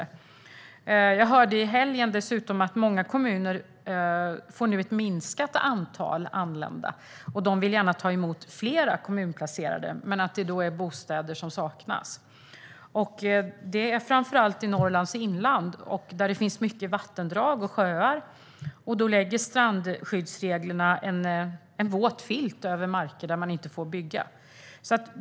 I helgen hörde jag dessutom att många kommuner nu får ett minskat antal nyanlända. De vill gärna ta emot fler kommunplacerade, men bostäder saknas. Det handlar framför allt om Norrlands inland, där det finns många vattendrag och sjöar, och då lägger strandskyddsreglerna en våt filt över marker där man inte får bygga.